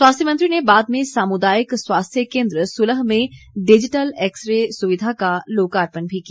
स्वास्थ्य मंत्री ने बाद में सामुदायिक स्वास्थ्य केंद्र सुलह में डिजिटल एक्सरे सुविधा का लोकार्पण भी किया